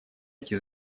эти